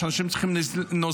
שאנשים צריכים נזיל?